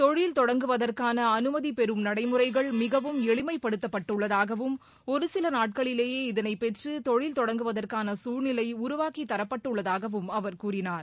தொழில் தொடங்குவதற்கான அனுமதி பெறும் நடைமுறைகள் மிகவும் எளிமைப்படுத்தப்பட்டுள்ளதாகவும் சில நாட்களிலேயே பெற்று தொழில் தொடங்குவதற்கான இதனை சூழ்நிலை ஒரு உருவாக்கித்தரப்பட்டுள்ளதாகவும் அவர் கூறினார்